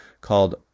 called